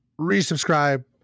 resubscribe